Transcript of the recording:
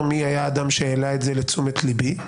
מי היה האדם שהעלה את זה לתשומת לבי,